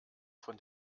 von